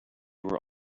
were